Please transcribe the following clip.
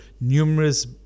numerous